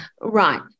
Right